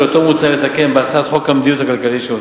שאותו מוצע לתקן בהצעת חוק המדיניות הכלכלית,